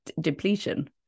depletion